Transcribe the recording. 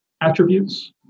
attributes